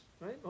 right